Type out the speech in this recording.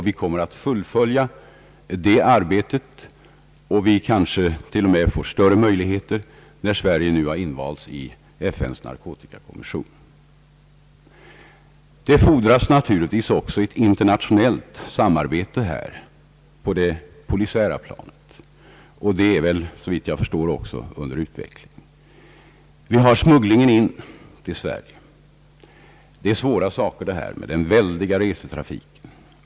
Vi kommer att fullfölja det arbetet, och vi kanske t.o.m. får större möjlighet när Sverige nu har invalts i FN:s narkotikakommission. Det fordras naturligtvis också ett internationellt samarbete på det polisiära planet, och det är, såvitt jag förstår, under utveckling. Smugglingen in till Sverige är en svårbemästrad sak med den väldiga resetrafiken.